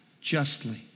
justly